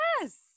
Yes